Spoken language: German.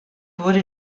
wurde